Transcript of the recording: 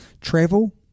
Travel